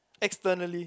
externally